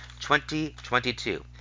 2022